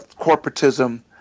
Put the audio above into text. corporatism